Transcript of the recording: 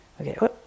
Okay